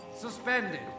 suspended